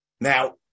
Now